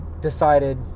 decided